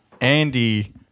Andy